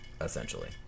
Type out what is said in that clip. essentially